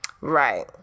right